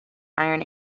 iron